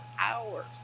hours